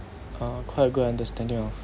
uh quite a good understanding of